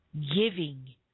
giving